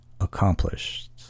accomplished